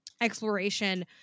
exploration